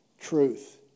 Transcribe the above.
Truth